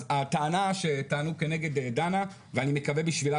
אז הטענה שטענו כנגד דנה ואני מקווה בשבילה